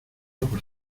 por